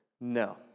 no